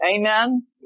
Amen